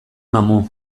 mamu